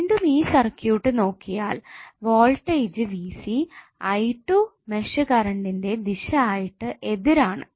വീണ്ടും ഈ സർക്യൂട്ട് നോക്കിയാൽ വോൾടേജ് i2 മെഷ് കറണ്ടിന്റെ ദിശ ആയിട്ട് എതിർ ആണ്